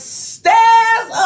stairs